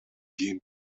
кийин